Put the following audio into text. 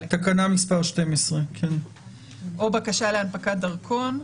תקנה מספר 12. או בקשה להנפקת דרכון,